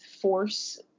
force